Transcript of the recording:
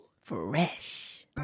Fresh